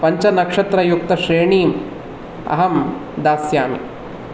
पञ्चनक्षत्रयुक्तश्रेणीम् अहम् दास्यामि